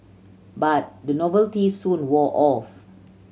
but the novelty soon wore off